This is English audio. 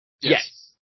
Yes